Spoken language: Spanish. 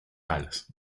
alas